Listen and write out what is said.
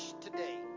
today